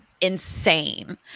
insane